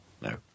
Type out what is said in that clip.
No